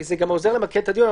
זה גם עוזר למקד את הדיון.